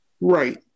Right